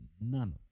none